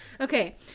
okay